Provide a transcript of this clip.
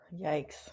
Yikes